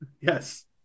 Yes